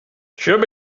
should